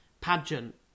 pageant